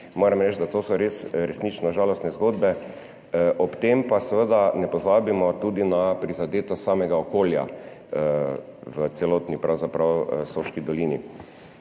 moram reči, da so to resnično žalostne zgodbe. Ob tem pa seveda ne pozabimo tudi na prizadetost samega okolja, pravzaprav v celotni